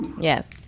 Yes